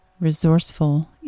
resourceful